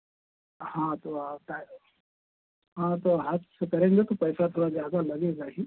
हाँ तो आप हाँ तो हाथ से करेंगे तो पैसा थोड़ा ज़्यादा लगेगा ही